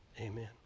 amen